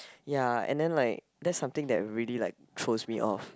ya and then like that's something that really like throws me off